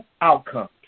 outcomes